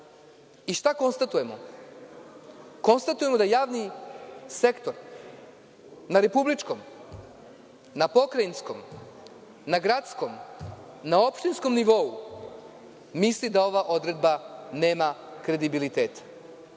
konstatujemo? Konstatujemo da javni sektor na republičkom, na pokrajinskom, na gradskom, na opštinskom nivou, misli da ova odredba nema kredibiliteta.